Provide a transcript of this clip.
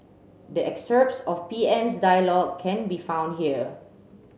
the excerpts of PM's dialogue can be found here